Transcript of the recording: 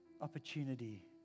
opportunity